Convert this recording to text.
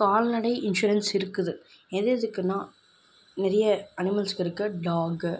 கால்நடை இன்சூரன்ஸ் இருக்குது எதெதுக்குன்னா நிறைய அனிமல்ஸ்க்கு இருக்குது டாகு